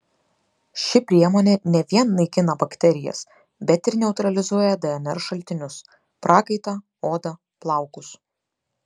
ši priemonė ne vien naikina bakterijas bet ir neutralizuoja dnr šaltinius prakaitą odą plaukus